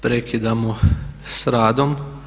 Prekidamo s radom.